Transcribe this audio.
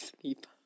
sleep